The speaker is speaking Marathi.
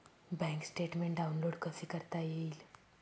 बँक स्टेटमेन्ट डाउनलोड कसे करता येईल?